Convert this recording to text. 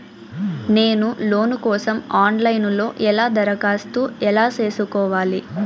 నేను లోను కోసం online లో ఎలా దరఖాస్తు ఎలా సేసుకోవాలి?